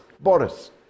Boris